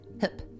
hip